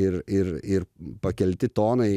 ir ir ir pakelti tonai